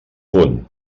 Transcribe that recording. punt